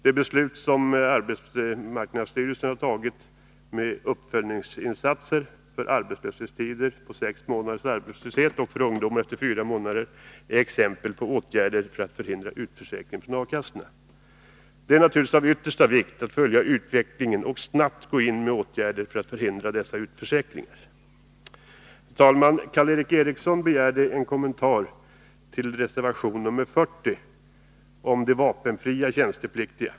Det beslut som arbetsmarknadsstyrelsen har tagit om uppföljningsinsatser vid arbetslöshetstider på sex månader och för ungdomar på fyra månader är exempel på åtgärder för att förhindra utförsäkringen från A-kassorna. Det är naturligtvis av yttersta vikt att följa utvecklingen och snabbt gå in med åtgärder för att förhindra dessa utförsäkringar. Herr talman! Karl Erik Eriksson begärde en kommentar till reservation 40 om de vapenfria tjänstepliktiga.